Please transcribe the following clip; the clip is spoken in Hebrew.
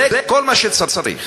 זה כל מה שצריך,